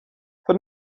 von